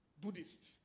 Buddhist